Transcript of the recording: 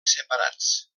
separats